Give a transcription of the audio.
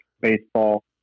baseball